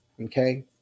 Okay